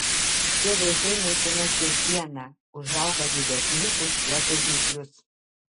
šie vėžiai maitinasi ir dieną užauga didesni už plačiažnyplius